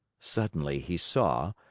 suddenly, he saw,